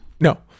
No